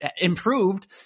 improved